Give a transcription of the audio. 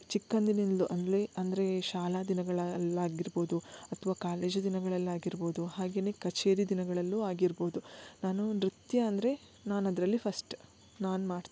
ಚಿಕ್ಕಂದಿನಿಂದಲೂ ಅಂದ್ರೆ ಅಂದರೆ ಶಾಲಾ ದಿನಗಳಲ್ಲಾಗಿರ್ಬೋದು ಅಥ್ವಾ ಕಾಲೇಜು ದಿನಗಳಲ್ಲಾಗಿರ್ಬೋದು ಹಾಗೇ ಕಚೇರಿ ದಿನಗಳಲ್ಲೂ ಆಗಿರ್ಬೋದು ನಾನು ನೃತ್ಯ ಅಂದರೆ ನಾನು ಅದರಲ್ಲಿ ಫಸ್ಟ್ ನಾನು ಮಾಡ್ತೀನಿ